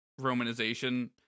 Romanization